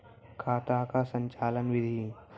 खाता का संचालन बिधि?